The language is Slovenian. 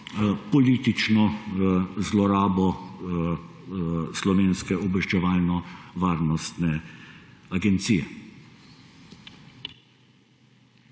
politično zlorabo Slovenske obveščevalno-varnostne agencije.